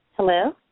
Hello